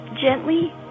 Gently